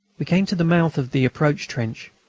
we came to the mouth of the approach trench,